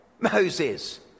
Moses